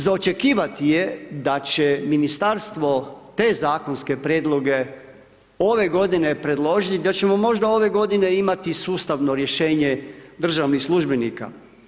Za očekivati je da će ministarstvo te zakonske prijedloge ove godine predložiti, da ćemo možda ove godine imati sustavno rješenje državnih službenika.